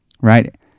right